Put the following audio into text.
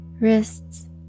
wrists